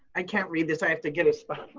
i can't read this. i have to get a spot.